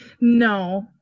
No